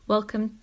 Welcome